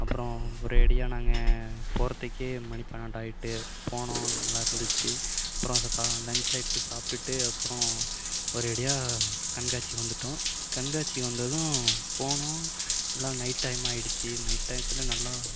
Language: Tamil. அப்புறம் ஒரேடியாக நாங்கள் போகிறதுக்கே மணி பன்னெண்டாயிட்டு போனோம் நல்லாயிருந்துச்சு அப்புறம் லன்ச்சு சாப்பிட்டுட்டு அப்புறம் ஒரேடியாக கண்காட்சிக்கு வந்துட்டோம் கண்காட்சிக்கு வந்ததும் போனோம் நல்லா நைட் டைம் ஆகிடிச்சி நைட் டயத்தில் நல்லா